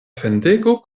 fendego